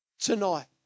Tonight